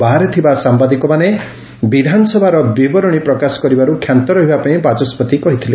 ବାହାରେ ଥିବା ସାମ୍ଘାଦିକାମନେ ଗୂହ ବିବରଣୀ ପ୍ରକାଶ କରିବାର୍ କ୍ଷାନ୍ତ ରହିବାପାଇଁ ବାଚସ୍ବତି କହିଥିଲେ